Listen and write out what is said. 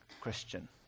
Christian